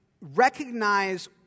recognize